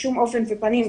בשום אופן ופנים.